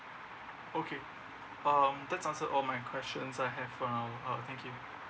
okay um that's answered all my questions I have around uh thank you